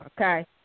Okay